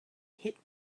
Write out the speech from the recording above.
hit